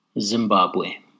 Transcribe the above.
Zimbabwe